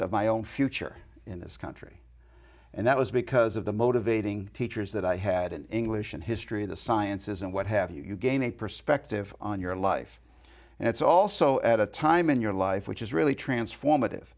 of my own future in this country and that was because of the motivating teachers that i had in english and history of the sciences and what have you gain a perspective on your life and it's also at a time in your life which is really transform